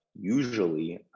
usually